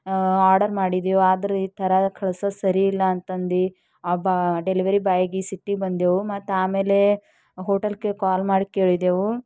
order ಮಾಡಿದ್ದೆವು ಆದರೆ ಈ ಥರ ಕಳ್ಸಿದ್ದು ಸರಿಯಿಲ್ಲ ಅಂತಂದು ಆ ಬಾ ಡೆಲಿವರಿ ಬಾಯ್ಗೆ ಸಿಟ್ಟಿ ಬಂದೇವು ಮತ್ತು ಆಮೇಲೆ ಹೋಟಲ್ಗೆ ಕಾಲ್ ಮಾಡಿ ಕೇಳಿದೆವು